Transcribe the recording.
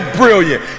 brilliant